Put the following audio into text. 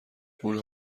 اون